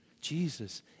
Jesus